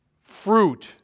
fruit